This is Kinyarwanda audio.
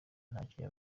ntacyo